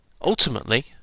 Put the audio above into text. Ultimately